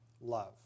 love